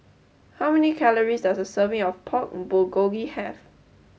how many calories does a serving of Pork Bulgogi have